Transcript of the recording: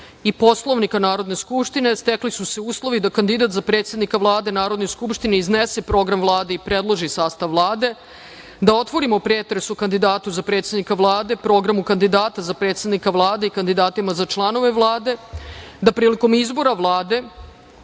i Poslovnika Narodne skupštine, stekli su se uslovi da kandidat za predsednika Vlade Narodnoj skupštini iznese program Vlade i predloži sastav Vlade, da otvorimo pretres o kandidatu za predsednika Vlade, programu kandidata za predsednika Vlade i kandidatima za članove Vlade, da prilikom izbora Vlade